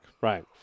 right